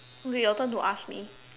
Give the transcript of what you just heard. okay your turn to ask me